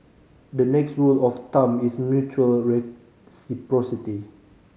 the next rule of thumb is mutual reciprocity